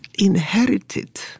inherited